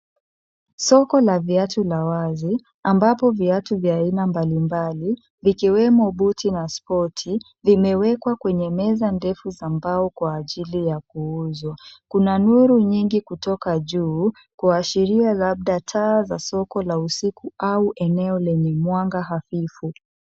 Soko la viatu la wazi, ambapo viatu vya aina mbalimbali, ikiwemo, buti na spoti, vimewekwa kwenye meza ndefu za mbao, kwa ajili ya kuuzwa. Kuna nuru nyingi kutoka juu, kuashiria labda taa za soko la usiku, au eneo lenye mwanga hafifu.